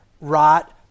rot